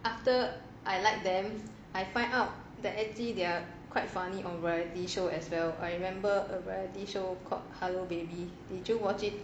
after I like them I find out that they are quite funny on variety show as well I remember a variety show called hello baby did you watch it